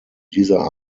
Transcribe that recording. dieser